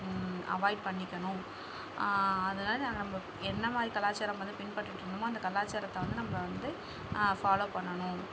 avoid பண்ணிக்கணும் அதனால் நம்ம என்ன மாதிரி கலாச்சாரம் வந்து பின்பற்றிட்டு இருந்தோமோ அந்தக் கலாச்சாரத்தை வந்து நம்ம வந்து ஃபாலோ பண்ணணும்